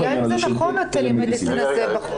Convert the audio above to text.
השאלה אם זה נכון הטלמדיסין הזה.